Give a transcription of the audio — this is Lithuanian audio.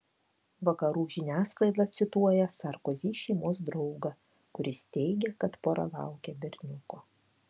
vakarų žiniasklaida cituoja sarkozy šeimos draugą kuris teigia kad pora laukia berniuko